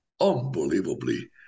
unbelievably